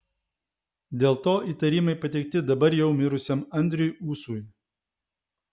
dėl to įtarimai pateikti dabar jau mirusiam andriui ūsui